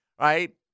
right